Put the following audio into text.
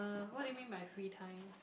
what do you mean by free time